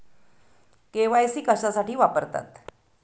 KYC कशासाठी वापरतात?